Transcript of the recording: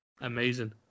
Amazing